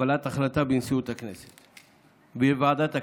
קבלת החלטה בוועדת הכנסת.